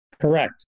Correct